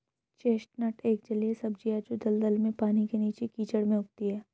chestnut एक जलीय सब्जी है जो दलदल में, पानी के नीचे, कीचड़ में उगती है